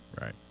Right